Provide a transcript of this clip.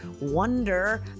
wonder